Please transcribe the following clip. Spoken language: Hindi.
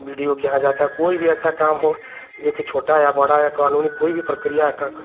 बी डी ओ के यहाँ जाता है कोई भी ऐसा काम हो जोकि छोटा या बड़ा या कानूनी कोई भी प्रक्रिया